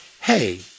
Hey